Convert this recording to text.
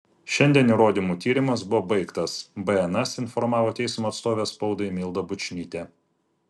šiandien įrodymų tyrimas buvo baigtas bns informavo teismo atstovė spaudai milda bučnytė